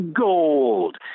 gold